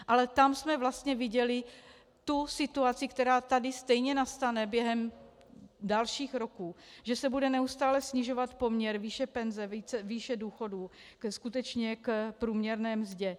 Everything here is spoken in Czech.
Ale tam jsme vlastně viděli tu situaci, která tady stejně nastane během dalších roků, že se bude neustále snižovat poměr výše penze, výše důchodů k průměrné mzdě.